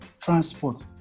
transport